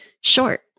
short